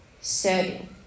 Serving